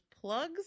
plugs